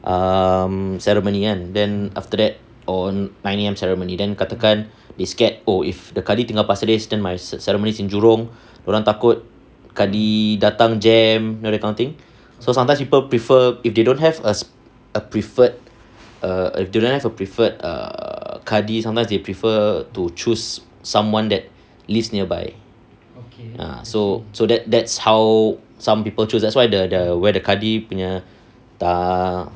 um ceremony kan then after that oh nine A_M ceremony then katakan they scared oh if the kadi tinggal pasir ris then my ceremony is in jurong dorang takut kadi datang jam you know that kind of thing so sometimes people prefer if they don't have as a preferred err they don't have a preferred err kadi sometimes they prefer to choose someone that lives nearby ah so so that that's how some people choose that's why the the where the kadi punya tak